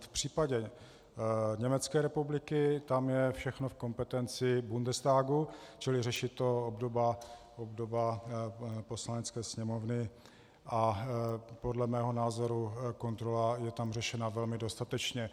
V případě Německé republiky, tam je všechno v kompetenci Bundestagu, čili řeší to obdoba Poslanecké sněmovny, a podle mého názoru kontrola je tam řešena velmi dostatečně.